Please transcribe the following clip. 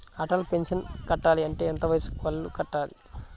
Atal pension కట్టాలి అంటే ఎంత వయసు వాళ్ళు కట్టాలి?